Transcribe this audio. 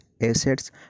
assets